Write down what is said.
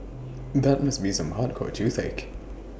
that must be some hardcore toothache